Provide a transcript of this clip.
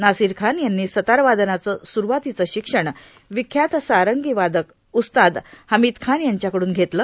नासीर खान यांनी सतारवादनाचं स्रवातीचं शिक्षण विख्यात सारंगीवादक उस्ताद हमीद खान यांच्याकड्रन घेतलं